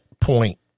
point